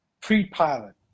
pre-pilot